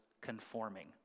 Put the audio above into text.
conforming